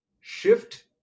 shift